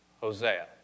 Hosea